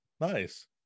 Nice